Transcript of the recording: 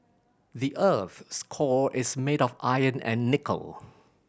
the earth's core is made of iron and nickel